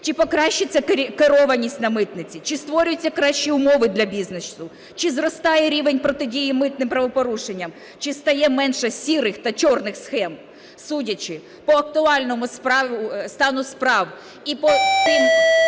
Чи покращиться керованість на митниці? Чи створяться кращі умови для бізнесу? Чи зростає рівень протидії митним правопорушенням? Чи стає менше "сірих" та "чорних" схем? Судячи по актуальному стану справ і по тим